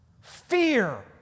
Fear